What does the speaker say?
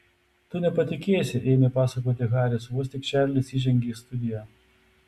tu nepatikėsi ėmė pasakoti haris vos tik čarlis įžengė į studiją